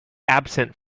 absent